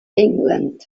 england